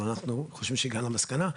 אבל אנחנו חושבים שהגענו להסכמות.